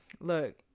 look